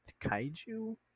kaiju